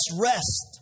rest